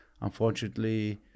Unfortunately